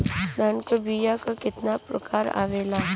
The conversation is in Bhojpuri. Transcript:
धान क बीया क कितना प्रकार आवेला?